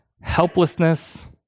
Helplessness